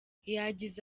yagize